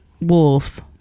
wolves